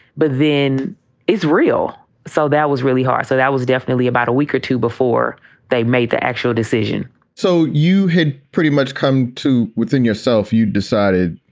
but then it's real. so that was really hard. so that was definitely about a week or two before they made the actual decision so you had pretty much come to within yourself. you decided,